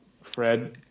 Fred